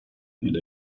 and